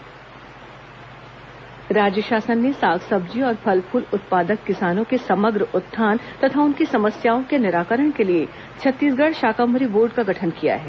Shakambhari board गठन राज्य शासन ने साग सब्जी और फल फूल उत्पादक किसानों के समग्र उत्थान तथा उनकी समस्याओं के निराकरण के लिए छत्तीसगढ़ शाकम्भरी बोर्ड का गठन किया है